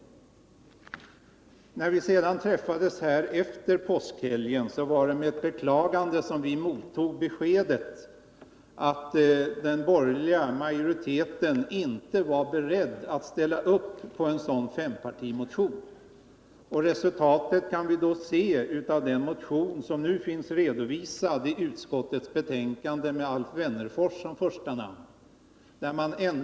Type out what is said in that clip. När vi träffades efter påskhelgen var det med ett beklagande som vi mottog beskedet att den borgerliga majoriteten inte var beredd att ställa upp på en sådan fempartimotion. Resultatet kan vi se av den motion som finns redovisad i utskottets betänkande och som har Alf Wennerfors som första namn.